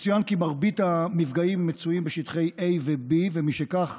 יצוין כי מרבית המפגעים מצויים בשטחי A ו-B, ומשכך